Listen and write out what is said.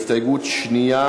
איציק שמולי,